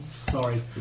Sorry